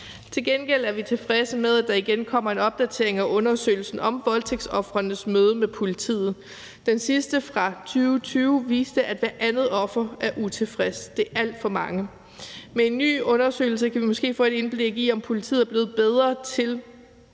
Til gengæld er vi tilfredse med, at der igen kommer en opdatering af undersøgelsen om voldtægtsofrenes møde med politiet. Den sidste undersøgelse fra 2020 viste, at hvert andet offer var utilfreds. Det er alt for mange. Med en ny undersøgelse kan vi måske få et indblik i, om politiet er blevet bedre til